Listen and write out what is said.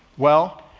well,